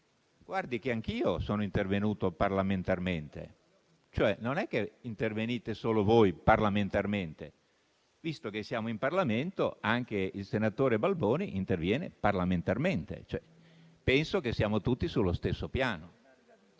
Fina che anch'io sono intervenuto parlamentarmente. Non è che intervenite solo voi parlamentarmente, colleghi: visto che siamo in Parlamento, anche il senatore Balboni interviene parlamentarmente. Penso che siamo tutti sullo stesso piano.